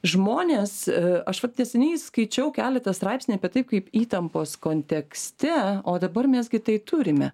žmonės aš vat neseniai skaičiau keletą straipsnių apie tai kaip įtampos kontekste o dabar mes gi tai turime